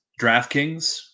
DraftKings –